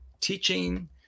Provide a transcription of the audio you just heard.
teaching